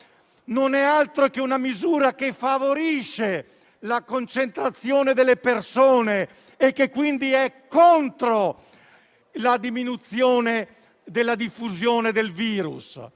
non è altro che una misura che favorisce la concentrazione delle persone e che, quindi, è contro la diminuzione della diffusione del virus.